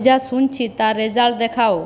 যা শুনছি তার রেসাল্ট দেখাও